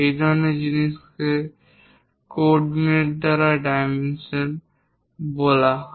এই ধরনের জিনিসকে কোঅরডিনেট দ্বারা ডাইমেনশন বলা হয়